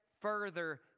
further